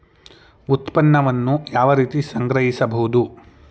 ಉತ್ಪನ್ನವನ್ನು ಯಾವ ರೀತಿ ಸಂಗ್ರಹಿಸಬಹುದು?